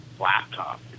laptop